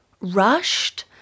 rushed